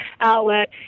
outlet